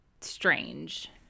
strange